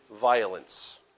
violence